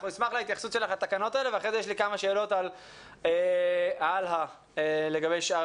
אנחנו נשמח להתייחסות שלך לתקנות האלה ואחר כך יש לי כמה שאלות לגבי שאר